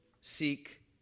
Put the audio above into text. seek